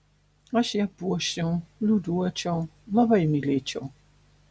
aš ją puoščiau liūliuočiau labai mylėčiau